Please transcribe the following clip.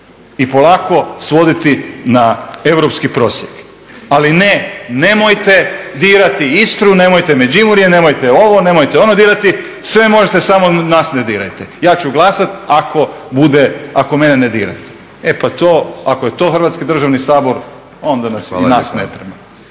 i polako svoditi na europski prosjek. Ali ne, nemojte dirati Istru, nemojte Međimurje, nemojte ovo, nemojte ono dirati, sve možete samo nas ne dirajte. Ja ću glasat ako mene ne dirati, e pa to, ako je to Hrvatski državni sabor onda nas i nas ne treba.